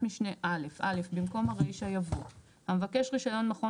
משנה (א) - (א) במקום הרישה יבוא: "המבקש רישיון מכון